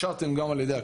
אושרתם גם על ידי הכנסת,